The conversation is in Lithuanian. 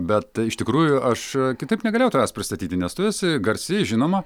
bet iš tikrųjų aš kitaip negalėjau tavęs pristatyti nes tu esi garsi žinoma